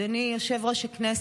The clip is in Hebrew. אדוני יושב-ראש הכנסת,